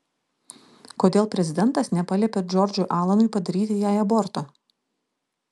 kodėl prezidentas nepaliepė džordžui alanui padaryti jai aborto